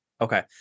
Okay